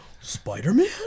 Spider-Man